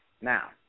Now